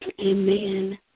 Amen